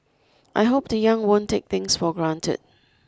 I hope the young won't take things for granted